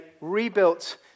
rebuilt